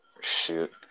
shoot